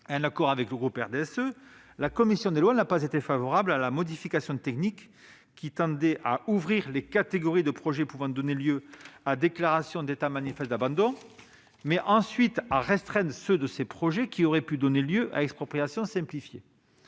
en accord avec le groupe du RDSE, la commission des lois n'a pas été favorable à la modification technique qui tendait à ouvrir les catégories de projets pouvant donner lieu à déclaration d'état d'abandon manifeste, mais à restreindre ensuite ceux de ces projets qui auraient pu donner lieu à expropriation simplifiée.